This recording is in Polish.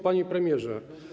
Panie Premierze!